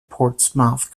portsmouth